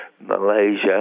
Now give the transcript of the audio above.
Malaysia